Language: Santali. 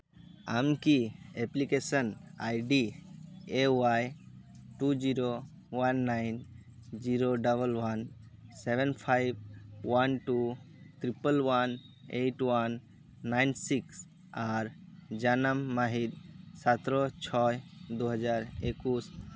ᱟᱢᱠᱤ application ID A Y two zero one nine zero double one seven five one two triple one eight one nine six ᱟᱨ ᱡᱟᱱᱟᱢ ᱢᱟᱹᱦᱤᱛ ᱥᱟᱛᱮᱨᱚ ᱪᱷᱚᱭ ᱫᱩ ᱦᱟᱡᱟᱨ ᱮᱠᱩᱥ